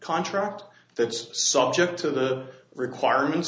contract that's subject to the requirements